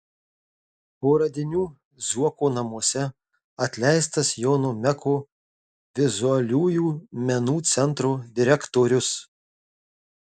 po radinių zuoko namuose atleistas jono meko vizualiųjų menų centro direktorius